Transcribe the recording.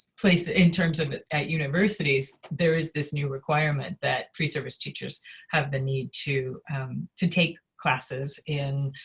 places in terms of at universities there is this new requirement that pre-service teachers have the need to to take classes in